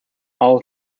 all